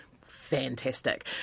fantastic